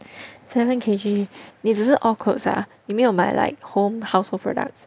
seven K_G 你只是 all clothes ah 你没有买 like home household products